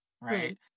Right